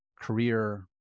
career